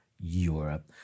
Europe